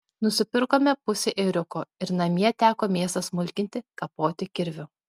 nusipirkome pusę ėriuko ir namie teko mėsą smulkinti kapoti kirviu